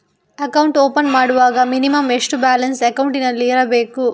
Account open ಮಾಡುವಾಗ minimum ಎಷ್ಟು balance ಅಕೌಂಟಿನಲ್ಲಿ ಇರಬೇಕು?